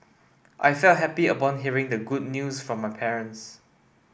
I felt happy upon hearing the good news from my parents